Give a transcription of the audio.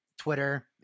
Twitter